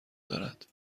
دارد